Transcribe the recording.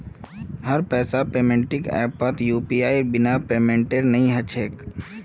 हर पैसार पेमेंटक ऐपत यूपीआईर बिना पेमेंटेर नइ ह छेक